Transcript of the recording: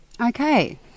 Okay